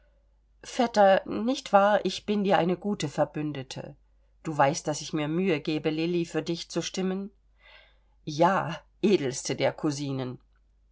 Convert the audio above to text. vetter nicht wahr ich bin dir eine gute verbündete du weißt daß ich mir mühe gebe lilli für dich zu stimmen ja edelste der cousinen